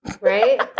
Right